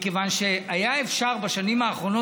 מכיוון שהיה אפשר בשנים האחרונות,